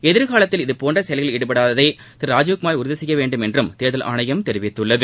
எதிர்காலத்தில் இதபோன்ற செயல்களில் ஈடுபடாததை திரு ராஜீவ்குமார் உறுதி செய்ய வேண்டுமென்றும் தேர்தல் ஆணையம் தெரிவித்துள்ளது